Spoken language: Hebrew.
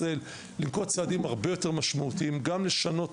לנקוט צעדים הרבה יותר משמעותיים: גם לשנות